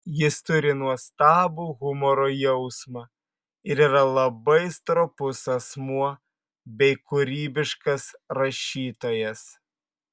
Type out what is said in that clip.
jis turi nuostabų humoro jausmą ir yra labai stropus asmuo bei kūrybiškas rašytojas